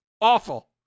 Awful